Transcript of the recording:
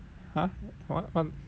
!huh! what what